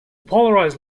polarized